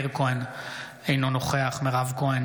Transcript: אינו נוכח מאיר כהן,